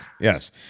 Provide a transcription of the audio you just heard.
Yes